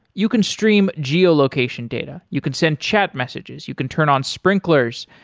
you can stream geo-location data, you can send chat messages, you can turn on sprinklers,